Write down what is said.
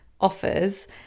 offers